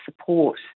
support